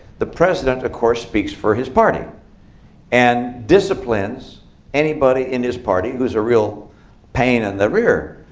the president, of course, speaks for his party and disciplines anybody in his party who's a real pain in the rear.